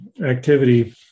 activity